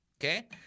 Okay